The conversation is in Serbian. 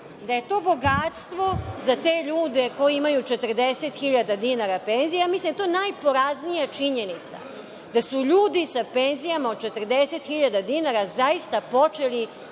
da je to bogatstvo za te ljude koji imaju 40.000 dinara penzije. Ja mislim da je to najporaznija činjenica, da su ljudi sa penzijama od 40.000 dinara zaista počeli